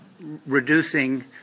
reducing